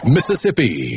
Mississippi